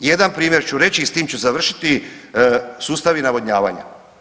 Jedan primjer ću reći i s tim ću završiti, sustavi navodnjavanja.